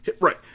right